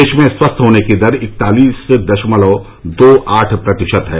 देश में स्वस्थ होने की दर इकतालीस दशमलव दो आठ प्रतिशत है